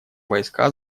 войска